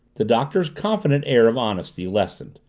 the doctor's confident air of honesty lessened,